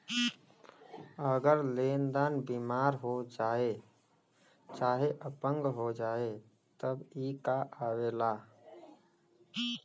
अगर लेन्दार बिमार हो जाए चाहे अपंग हो जाए तब ई कां आवेला